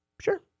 Sure